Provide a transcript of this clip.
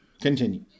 Continue